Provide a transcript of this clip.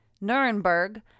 Nuremberg